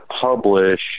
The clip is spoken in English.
publish